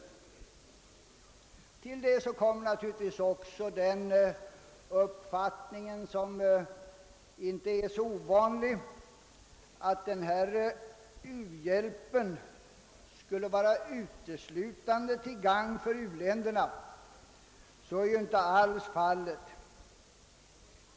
Till det kommer naturligtvis också den uppfattningen, som inte är så ovanlig, att denna u-hjälp uteslutande skulle vara till gagn för u-länderna. Så är ju inte alls fallet.